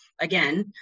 again